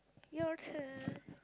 your turn